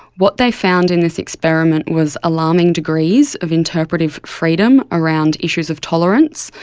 what they found in this experiment was alarming degrees of interpretive freedom around issues of tolerance,